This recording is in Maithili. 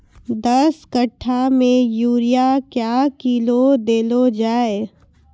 दस कट्ठा मे यूरिया क्या किलो देलो जाय?